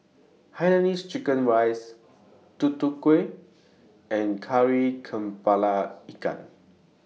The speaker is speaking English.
Hainanese Chicken Rice Tutu Kueh and Kari Kepala Ikan